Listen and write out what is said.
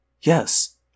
Yes